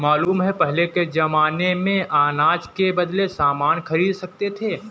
मालूम है पहले के जमाने में अनाज के बदले सामान खरीद सकते थे